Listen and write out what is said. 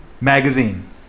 magazine